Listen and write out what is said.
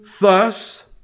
thus